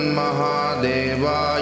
mahadeva